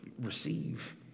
receive